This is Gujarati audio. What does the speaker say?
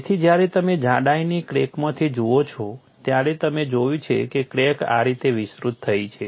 તેથી જ્યારે તમે જાડાઇની ક્રેકમાંથી જુઓ છો ત્યારે તમે જોયું છે કે ક્રેક આ રીતે વિસ્તૃત થઈ છે